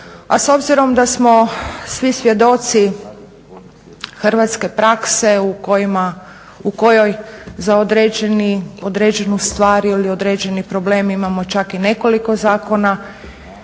A s obzirom da smo svi svjedoci hrvatske prakse u kojoj za određenu stvar ili određeni problem imamo čak i nekoliko zakona